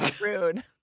Rude